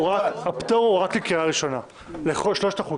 הפטור הוא רק לקריאה ראשונה לשלושת החוקים.